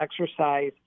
exercise